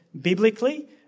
biblically